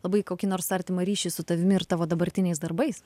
labai kokį nors artimą ryšį su tavimi ir tavo dabartiniais darbais